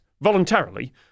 Voluntarily